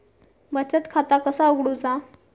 बचत खाता कसा उघडूचा?